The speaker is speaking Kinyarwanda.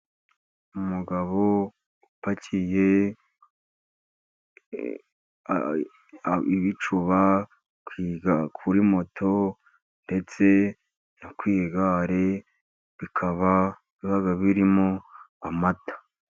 Umugabo upakiye ibicuba kuri moto ndetse no ku igare, bikaba birimo amata.